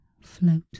float